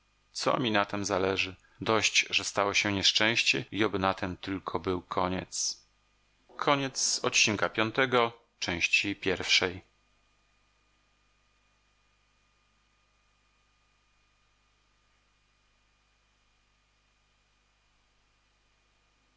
co mi na tem zależy dość że stało się nieszczęście i oby na tem tylko był koniec